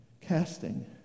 Casting